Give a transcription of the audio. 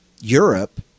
Europe